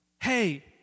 Hey